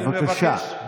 בבקשה,